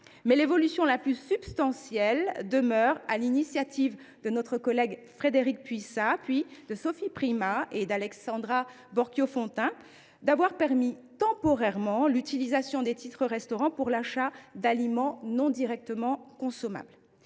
l’évolution la plus substantielle demeure, sur l’initiative de notre collègue Frédérique Puissat, puis sur celle de Sophie Primas et d’Alexandra Borchio Fontimp, d’avoir temporairement permis l’utilisation de titres restaurant pour l’achat d’aliments non directement consommables.